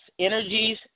Energies